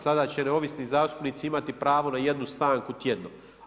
Sada će neovisni zastupnici imati pravno na jednu stanku tjedno.